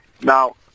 Now